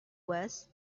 was